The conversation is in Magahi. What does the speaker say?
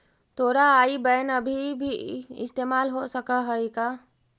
तोरा आई बैन अभी भी इस्तेमाल हो सकऽ हई का?